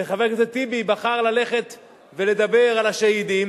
וחבר הכנסת טיבי בחר ללכת ולדבר על השהידים.